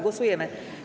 Głosujemy.